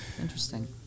interesting